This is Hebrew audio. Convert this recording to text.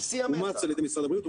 אומץ על ידי משרד הבריאות.